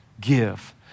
give